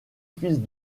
fils